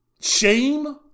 shame